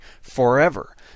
forever